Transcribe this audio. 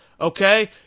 Okay